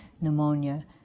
pneumonia